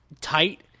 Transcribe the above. tight